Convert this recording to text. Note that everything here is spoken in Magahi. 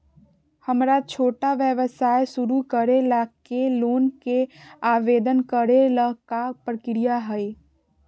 हमरा छोटा व्यवसाय शुरू करे ला के लोन के आवेदन करे ल का प्रक्रिया हई?